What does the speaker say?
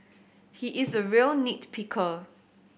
he is a real nit picker